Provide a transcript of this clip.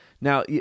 now